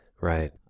Right